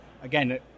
again